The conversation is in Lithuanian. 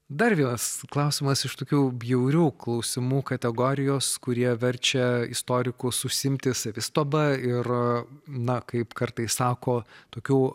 dar vienas klausimas iš tokių bjaurių klausimų kategorijos kurie verčia istorikus užsiimti savistaba ir na kaip kartais sako tokių